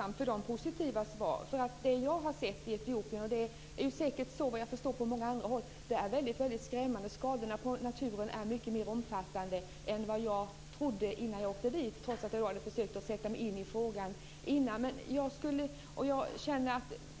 Herr talman! Jag är tacksam för de positiva svaren. Det jag har sett i Etiopien är väldigt skrämmande. Skadorna på naturen är mycket mer omfattande än vad jag trodde innan jag åkte dit trots att jag hade försökt sätta mig in i frågan.